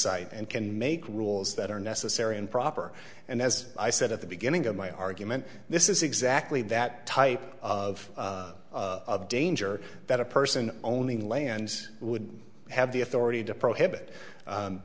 site and can make rules that are necessary and proper and as i said at the beginning of my argument this is exactly that type of of danger that a person owning land would have the authority to prohibit